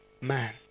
man